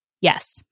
yes